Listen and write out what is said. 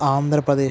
Andhra Pradesh